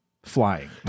flying